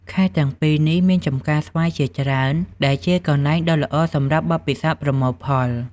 ខេត្តទាំងពីរនេះមានចម្ការស្វាយជាច្រើនដែលជាកន្លែងដ៏ល្អសម្រាប់បទពិសោធន៍ប្រមូលផល។